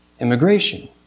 immigration